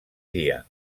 dia